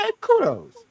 kudos